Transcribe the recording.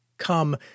Come